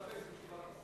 אני מסתפק בתשובת השרה.